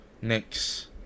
next